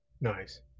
Nice